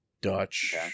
dutch